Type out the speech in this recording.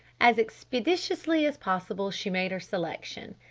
as expeditiously as possible she made her selection.